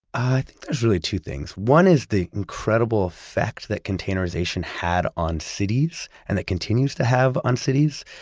i think there's really two things. one is the incredible effect that containerization had on cities and it continues to have on cities.